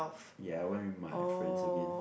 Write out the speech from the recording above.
ya I went with my friends again